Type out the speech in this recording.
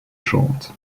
short